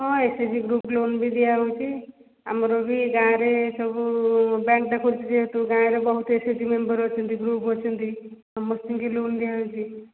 ହଁ S H G group loan ବି ଦିଆହେଉଛି ଆମର ବି ଗାଁରେ ସବୁ ବ୍ୟାଙ୍କଟା ଖୋଲୁଛି ଯେହେତୁ ଗାଁରେ ବହୁତ ଏସ ଏଚ୍ ଜି ମେମ୍ବର ଅଛନ୍ତି ଗୃପ ଅଛନ୍ତି ସମସ୍ତଙ୍କ ଲୋନ ଦିଆ ହେଉଛି